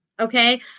Okay